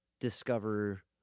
discover